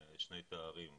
שני תארים,